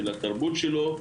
של התרבות שלו,